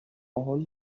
all